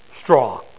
strong